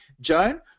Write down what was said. Joan